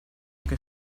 che